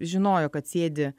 žinojo kad sėdi